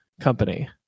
Company